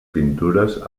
pintures